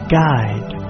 guide